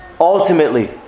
ultimately